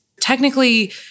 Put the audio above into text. technically